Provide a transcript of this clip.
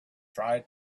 try